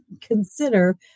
consider